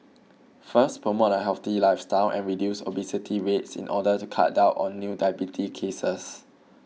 first promote a healthy lifestyle and reduce obesity rates in order to cut down on new diabetes cases